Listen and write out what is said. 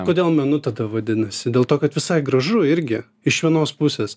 kodėl menu tada vadinasi dėl to kad visai gražu irgi iš vienos pusės